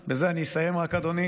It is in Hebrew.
אדוני,